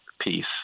peace